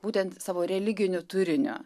būtent savo religiniu turiniu